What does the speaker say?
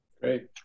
Great